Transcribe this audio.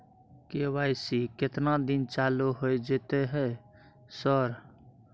KYC केतना दिन चालू होय जेतै है सर?